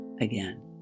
again